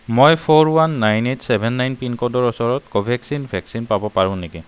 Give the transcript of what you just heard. মই four one nine eight seven nine পিনক'ডৰ ওচৰত ক'ভেক্সিন ভেকচিন পাব পাৰোঁ নেকি